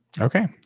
Okay